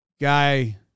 Guy